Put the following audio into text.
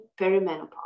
perimenopause